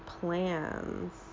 plans